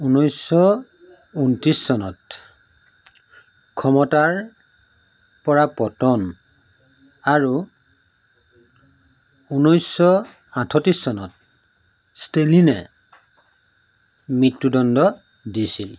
ঊনৈছ ঊনত্ৰিছ চনত ক্ষমতাৰপৰা পতন আৰু ঊনৈছশ আঠত্ৰিছ চনত ষ্টেলিনে মৃত্যুদণ্ড দিছিল